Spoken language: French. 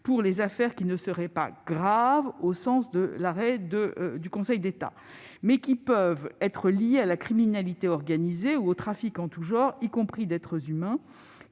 pour les affaires qui ne seraient pas « graves » au sens de l'arrêt du Conseil d'État, mais qui peuvent être liées à la criminalité organisée ou aux trafics en tous genres, y compris d'êtres humains,